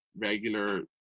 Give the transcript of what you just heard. regular